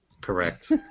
Correct